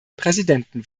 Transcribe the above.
präsidenten